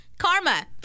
Karma